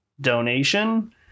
donation